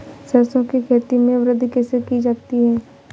सरसो की खेती में वृद्धि कैसे की जाती है?